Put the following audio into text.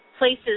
Places